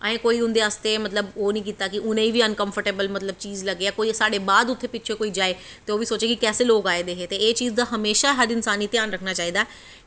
असें कोई बी उं'दे आस्ते ओह् नेईं कीता कि उ'नें गी बी अनकंफटेवल चीज लग्गै जां साढ़े बाद उत्थै कोई जाए ते ओह् बी सोचै कि कैसे लोग आए दे हे ते एह् चीज दा म्हैशा इंसान गी ध्यान रक्खना चाहिदा